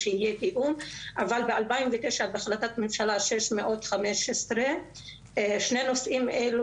אבל ב-2009 בהחלטת ממשלה 615 שני נושאים אלה